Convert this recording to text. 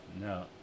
No